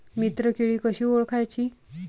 मित्र किडी कशी ओळखाची?